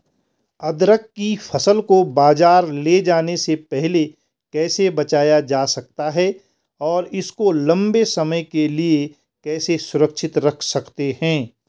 अदरक की फसल को बाज़ार ले जाने से पहले कैसे बचाया जा सकता है और इसको लंबे समय के लिए कैसे सुरक्षित रख सकते हैं?